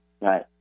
right